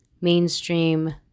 mainstream